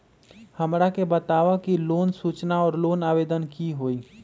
हमरा के बताव कि लोन सूचना और लोन आवेदन की होई?